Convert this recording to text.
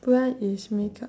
what is makeup